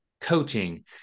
coaching